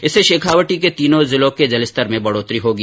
इससे शेखावाटी के तीनों जिलों के जलस्तर में बढोतरी होगी